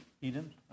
Eden